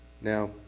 now